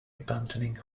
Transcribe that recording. abandoning